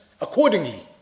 Accordingly